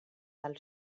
del